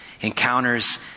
encounters